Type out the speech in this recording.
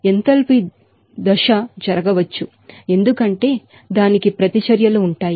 enthalpy దశ జరగవచ్చు ఎందుకంటే దానికి ప్రతిచర్యలు ఉంటాయి